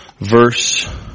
verse